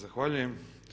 Zahvaljujem.